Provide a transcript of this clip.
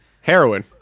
Heroin